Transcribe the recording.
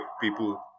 people